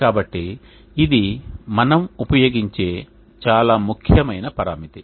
కాబట్టి ఇది మనము ఉపయోగించే చాలా ముఖ్యమైన పరామితి